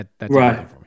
Right